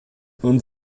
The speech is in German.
und